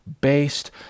based